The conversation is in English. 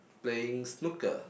playing snooker